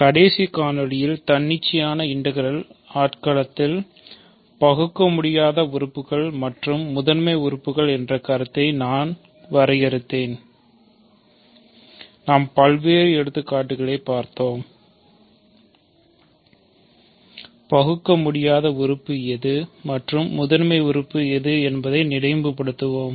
கடைசி காணொளியில் தன்னிச்சையான இன்டெக்ரால் ஆட்களத்தில் மற்றும் முதன்மை உறுப்பு எது என்பதை நினைவுபடுத்துவோம்